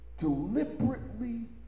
deliberately